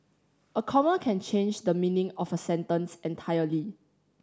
a comma can change the meaning of a sentence entirely